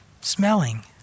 smelling